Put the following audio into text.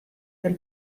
del